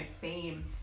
fame